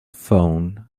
phone